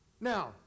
Now